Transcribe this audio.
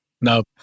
No